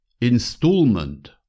installment